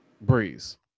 Breeze